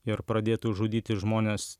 ir pradėtų žudyti žmones